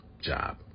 job